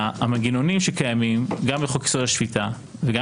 המנגנונים שקיימים גם בחוק-יסוד: השפיטה וגם